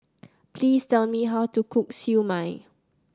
please tell me how to cook Siew Mai